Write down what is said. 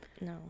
no